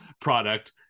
product